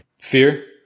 fear